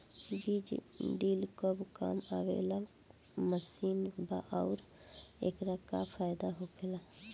बीज ड्रील कब काम आवे वाला मशीन बा आऊर एकर का फायदा होखेला?